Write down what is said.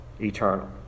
eternal